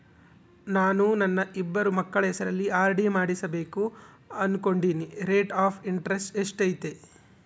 ನಾನು ನನ್ನ ಇಬ್ಬರು ಮಕ್ಕಳ ಹೆಸರಲ್ಲಿ ಆರ್.ಡಿ ಮಾಡಿಸಬೇಕು ಅನುಕೊಂಡಿನಿ ರೇಟ್ ಆಫ್ ಇಂಟರೆಸ್ಟ್ ಎಷ್ಟೈತಿ?